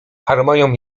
harmonią